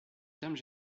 termes